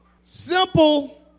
Simple